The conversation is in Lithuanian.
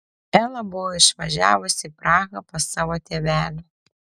ela buvo išvažiavusi į prahą pas savo tėvelį